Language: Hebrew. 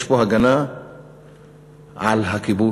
יש פה הגנה על הכיבוש.